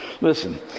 Listen